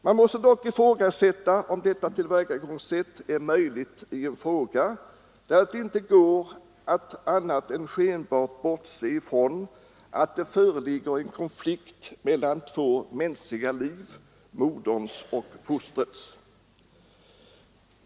Man måste dock ifrågasätta om detta tillvägagångssätt är möjligt i en angelägenhet, där det inte går att annat än skenbart bortse från att det föreligger en konflikt mellan två mänskliga liv, moderns och fostrets.